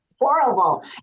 horrible